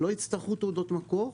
לא יצטרכו תעודות מקור,